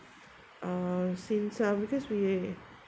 uh since uh because we